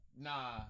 nah